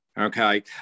Okay